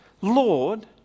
Lord